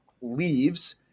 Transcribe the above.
leaves